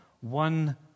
one